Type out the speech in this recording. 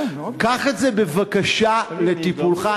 קח את זה בבקשה לטיפולך.